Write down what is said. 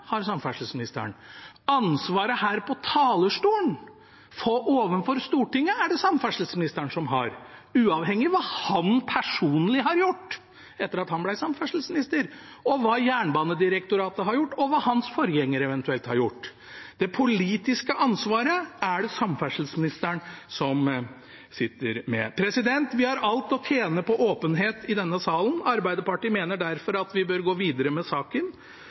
har samferdselsministeren. Ansvaret her på talerstolen overfor Stortinget er det samferdselsministeren som har, uavhengig av hva han personlig har gjort etter at han ble samferdselsminister, hva Jernbanedirektoraret har gjort, og hva hans forgjenger eventuelt har gjort. Det politiske ansvaret er det samferdselsministeren som sitter med. Vi har alt å tjene på åpenhet i denne salen. Arbeiderpartiet mener derfor vi bør gå videre med saken.